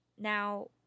Now